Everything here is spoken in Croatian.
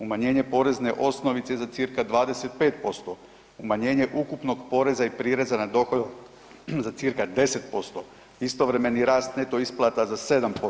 Umanjenje porezne osnovice za cirka 25%, umanjenje ukupnog poreza i prireza na dohodak za cirka 10%, istovremeni rast neto isplata za 7%